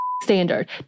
standard